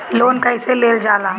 Loan कईसे लेल जाला?